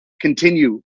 continue